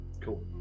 Cool